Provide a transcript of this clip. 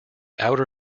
outer